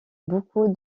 beaucoup